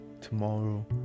tomorrow